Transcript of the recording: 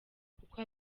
kuko